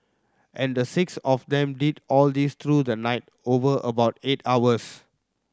and the six of them did all this through the night over about eight hours